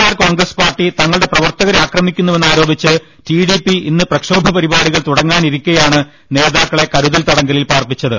R Congress പാർട്ടി തങ്ങളുടെ പ്രവർത്തകരെ ആക്രമിക്കുന്നുവെന്ന് ആരോപിച്ച് ടിഡിപി ഇന്ന് പ്രക്ഷോഭ പരിപാടികൾ തുടങ്ങാനിരിക്കെയാണ് നേതാക്കളെ കരുതൽ തടങ്കലിൽ പാർപ്പിച്ചത്